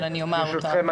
אבל אני אומר אותם.